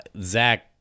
Zach